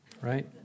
Right